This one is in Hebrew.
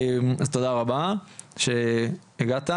תודה רבה שהגעת.